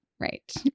Right